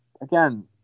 Again